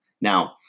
Now